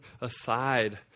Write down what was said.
aside